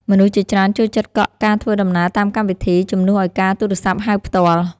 មនុស្សជាច្រើនចូលចិត្តកក់ការធ្វើដំណើរតាមកម្មវិធី ជំនួសឱ្យការទូរសព្ទហៅផ្ទាល់។